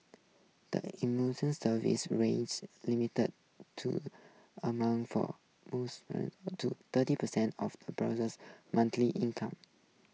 the Service limits the two amount for moves to thirty percent of the brother's income